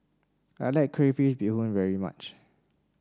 I like Crayfish Beehoon very much